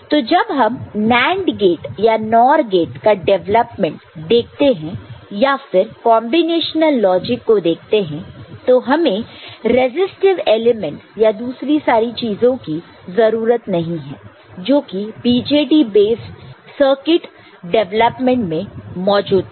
तो जब हम NAND गेट या NOR गेट का डेवलपमेंट देखते हैं या फिर कॉन्बिनेशनल लॉजिक को देखते हैं तो हमें रेजिस्टिव एलिमेंट्स या दूसरी सारी चीजों की जरूरत नहीं है जो कि BJT बेस्ड सर्किट डेवलपमेंट में मौजूद था